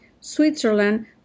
Switzerland